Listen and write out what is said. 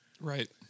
Right